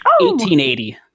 1880